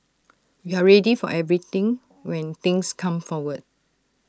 we're ready for everything when things come forward